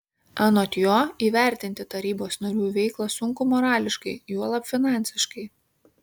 anot jo įvertinti tarybos narių veiklą sunku morališkai juolab finansiškai